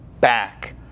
back